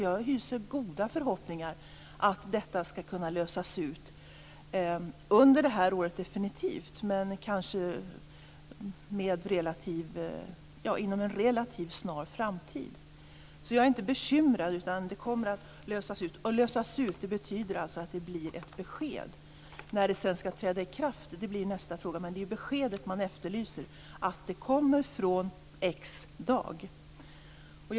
Jag hyser goda förhoppningar om att detta skall kunna lösas ut under det här året definitivt, kanske t.o.m. inom en relativt snar framtid. Jag är inte bekymrad. Det kommer att lösa sig. Det betyder alltså att det blir ett besked. Sedan blir nästa fråga när det skall träda i kraft, men det är ju beskedet som efterlyses.